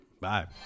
Bye